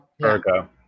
Virgo